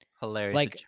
Hilarious